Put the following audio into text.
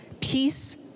peace